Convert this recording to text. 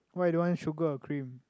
why you don't want sugar or cream